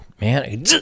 man